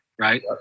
right